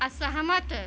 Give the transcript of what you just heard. असहमत